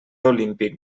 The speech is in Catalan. olímpic